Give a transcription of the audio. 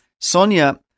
Sonia